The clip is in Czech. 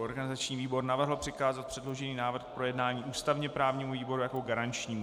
Organizační výbor navrhl přikázat předložený návrh k projednání ústavněprávnímu výboru jako garančnímu.